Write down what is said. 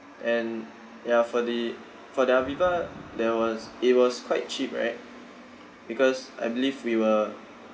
and ya for the for the aviva there was it was quite cheap right because I believe we were